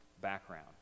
background